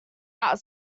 out